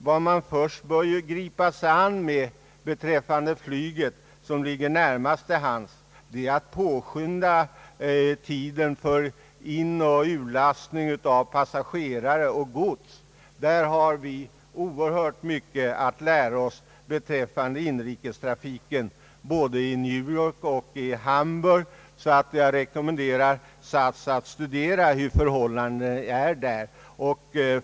Vad man först bör gripa sig an med beträffande flyget är att förkorta tiden för inoch urlastning av passagerare och gods. Därvidlag har vi i fråga om inrikestrafiken oerhört mycket att lära oss både i New York och i Hamburg, och jag rekommenderar därför SAS att studera förhållandena där.